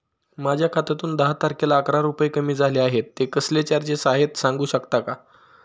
माझ्या खात्यातून दहा तारखेला अकरा रुपये कमी झाले आहेत ते कसले चार्जेस आहेत सांगू शकता का?